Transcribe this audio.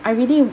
I really